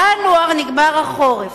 בינואר נגמר החורף.